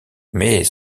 mais